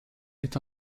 est